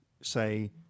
say